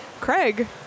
Craig